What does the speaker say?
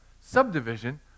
subdivision